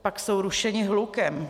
Pak jsou rušeni hlukem.